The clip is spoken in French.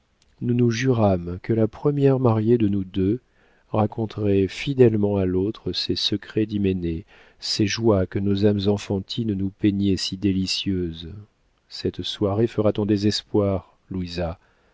nous nous jurâmes que la première mariée de nous deux raconterait fidèlement à l'autre ces secrets d'hyménée ces joies que nos âmes enfantines nous peignaient si délicieuses cette soirée fera ton désespoir